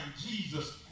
Jesus